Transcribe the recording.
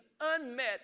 unmet